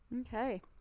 okay